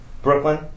Brooklyn